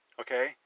okay